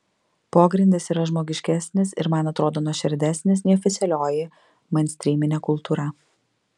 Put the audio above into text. pogrindis yra žmogiškesnis ir man atrodo nuoširdesnis nei oficialioji mainstryminė kultūra